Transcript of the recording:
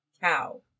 cow